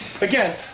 Again